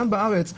כאן בארץ תייר,